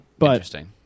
Interesting